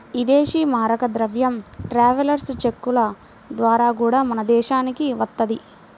ఇదేశీ మారక ద్రవ్యం ట్రావెలర్స్ చెక్కుల ద్వారా గూడా మన దేశానికి వత్తది